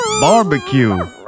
Barbecue